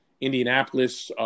Indianapolis